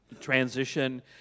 transition